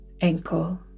ankle